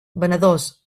venedors